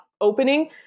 opening